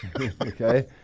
Okay